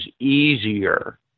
easier